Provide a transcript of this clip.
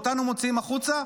ואותנו מוציאים החוצה?